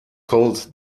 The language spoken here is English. called